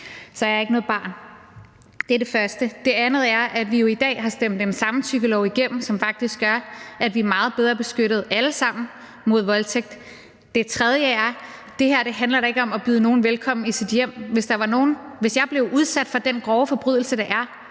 så jeg er ikke noget barn. Det er det første. Det andet er, at vi i dag har stemt en samtykkelov igennem, som faktisk gør, at vi alle sammen er meget bedre beskyttet mod voldtægt. Det tredje er, at det her da ikke handler om at byde nogen velkommen i sit hjem. Hvis jeg blev udsat for den grove forbrydelse, som det